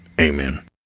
Amen